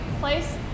place